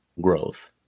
growth